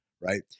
right